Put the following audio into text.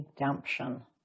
redemption